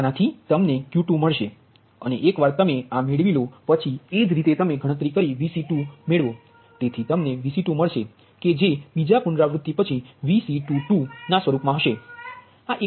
આનાથી તમને Q2 મળશે અને એકવાર તમે આ મેળવી લો પછી એ જ રીતે તમે ગણતરી કરી Vc2મેળવો તેથી તમને Vc2 મળશે કે જે બીજા પુનરાવૃત્તિ પછી આ સ્વરૂપમા હશે આ એક જ વસ્તુ છે